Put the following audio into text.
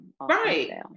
right